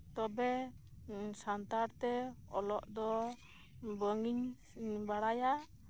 ᱛᱚᱵᱮ ᱥᱟᱱᱛᱟᱲ ᱛᱮ ᱚᱞᱚᱜ ᱫᱚ ᱵᱟᱝᱤᱧ ᱵᱟᱲᱟᱭᱟ